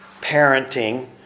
parenting